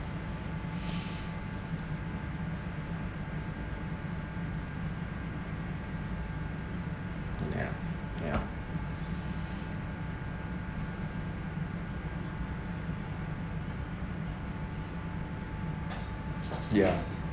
ya ya ya